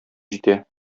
җитә